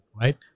Right